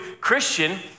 Christian